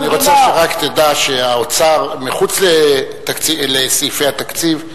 אני רוצה שרק תדע שהאוצר, מחוץ לסעיפי התקציב,